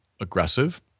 aggressive